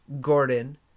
Gordon